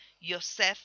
Yosef